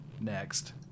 next